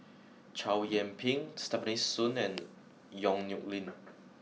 Chow Yian Ping Stefanie Sun and Yong Nyuk Lin